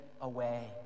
away